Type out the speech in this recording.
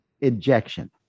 injection